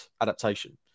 adaptation